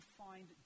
find